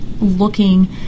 looking